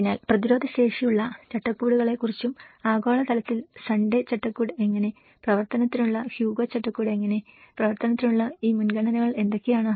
അതിനാൽ പ്രതിരോധശേഷിയുള്ള ചട്ടക്കൂടുകളെക്കുറിച്ചും ആഗോളതലത്തിൽ സൺഡേ ചട്ടക്കൂട് എങ്ങനെ പ്രവർത്തനത്തിനുള്ള ഹ്യൂഗോ ചട്ടക്കൂട് എങ്ങനെ പ്രവർത്തനത്തിനുള്ള ഈ മുൻഗണനകൾ എന്തൊക്കെയാണ്